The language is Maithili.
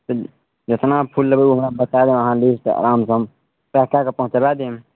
तऽ जितना फूल लेबै ओ हमरा बता देब अहाँ लिस्ट आरामसँ हम पैक कए कऽ पहुँचबा देब